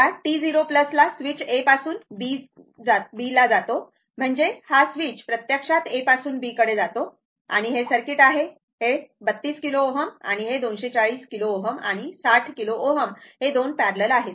आता t 0 ला switch A पासून B ला जातो म्हणजेच हा स्विच प्रत्यक्षात A पासून B कडे जातो आणि हे सर्किट आहे हे 32 किलो Ω आणि 240 किलो Ω आणि 60 किलो Ω हे 2 पॅरलल आहेत